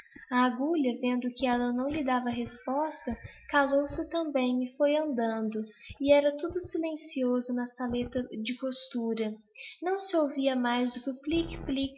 a agulha vendo que ella não lhe dava resposta calou-se também e foi andando e era tudo silencio na saleta de costura não se ouvia mais